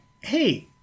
hey—